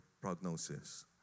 prognosis